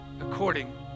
according